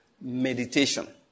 Meditation